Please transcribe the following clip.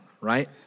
right